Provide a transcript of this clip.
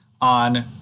on